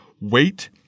wait